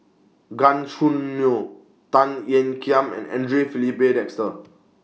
Gan Choo Neo Tan Ean Kiam and Andre Filipe Desker